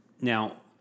now